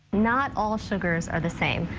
not all sugars are the same.